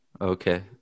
Okay